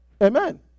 Amen